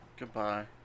Goodbye